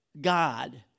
God